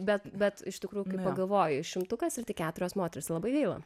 bet bet iš tikrųjų kai pagalvoji šimtukas ir tik keturios moterys labai gaila